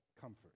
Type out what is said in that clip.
comfort